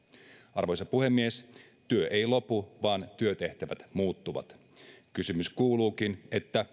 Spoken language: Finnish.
arvoisa puhemies työ ei lopu vaan työtehtävät muuttuvat kysymys kuuluukin